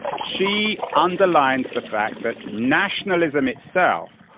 she underlines the fact that nationalism itself,